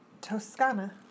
Toscana